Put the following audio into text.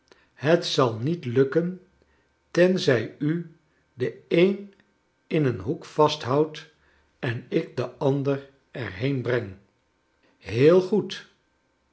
het zal niet lukken tenzij u den een in een hoek vasthoudt en ik den ander er heen breng heel goed